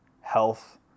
health